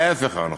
ההפך הוא הנכון,